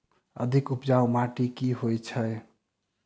अधिक उपजाउ माटि केँ होइ छै?